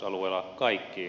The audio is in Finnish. arvoisa puhemies